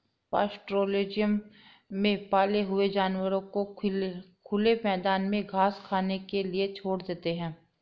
pastoralism में पाले हुए जानवरों को खुले मैदान में घास खाने के लिए छोड़ देते है